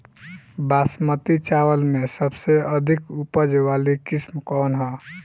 बासमती चावल में सबसे अधिक उपज वाली किस्म कौन है?